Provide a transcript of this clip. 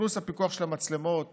פלוס הפיקוח של המצלמות